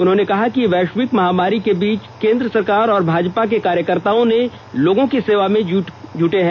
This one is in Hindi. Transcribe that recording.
उन्होंने कहा कि वैष्विक महामारी के बीच केन्द्र सरकार और भाजपा के कार्यकर्ता लोगों की सेवा में जुटे हैं